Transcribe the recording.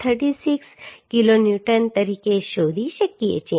36 kilonewton તરીકે શોધી શકીએ છીએ